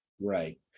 Right